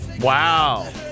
Wow